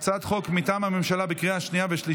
אני מודיע שהצעת החוק לתיקון פקודת בתי הסוהר